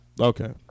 Okay